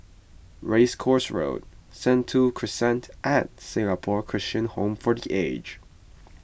Race Course Road Sentul Crescent and Singapore Christian Home for the Aged